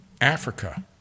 Africa